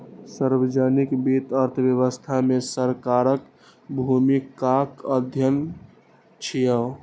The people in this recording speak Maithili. सार्वजनिक वित्त अर्थव्यवस्था मे सरकारक भूमिकाक अध्ययन छियै